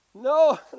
No